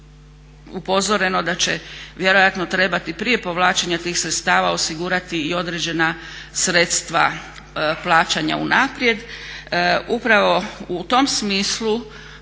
upozoreno da će vjerojatno trebati prije povlačenja tih sredstava osigurati i određena sredstva plaćanja unaprijed.